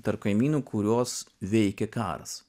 tarp kaimynų kuriuos veikia karas